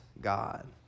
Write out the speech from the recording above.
God